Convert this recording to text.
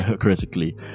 critically